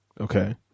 Okay